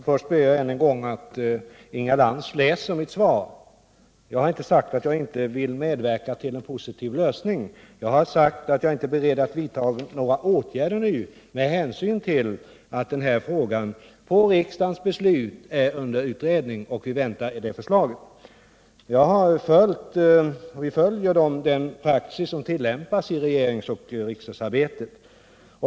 Herr talman! Först ber jag att Inga Lantz än en gång läser mitt svar — jag har nämligen inte sagt att jag inte vill medverka till en positiv lösning, utan jag har sagt att jag inte är beredd att vidta några åtgärder nu med hänsyn till att den här frågan enligt riksdagens beslut är under utredning och vi väntar på det förslaget. Jag följer därvid den praxis som tillämpas i regerings och riksdagsarbetet.